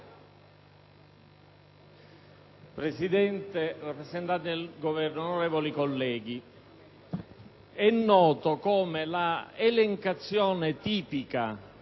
Presidente, rappresentanti del Governo, onorevoli colleghi, è noto come l'elencazione tipica